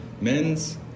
Men's